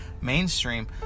mainstream